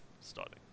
starting